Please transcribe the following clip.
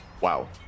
wow